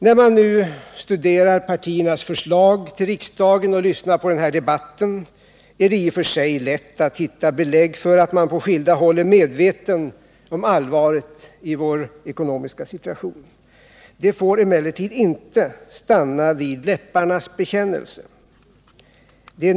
När man nu studerar partiernas förslag till riksdagen och lyssnar till denna debatt är det i och för sig lätt att hitta belägg för att man på skilda håll är medveten om allvaret i vår ekonomiska situation. Det får emellertid inte stanna vid läpparnas bekännelse.